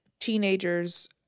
teenagers